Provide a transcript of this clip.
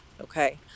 okay